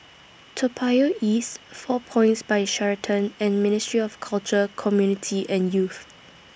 Toa Payoh East four Points By Sheraton and Ministry of Culture Community and Youth